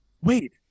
wait